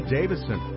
Davison